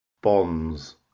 bonds